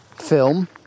film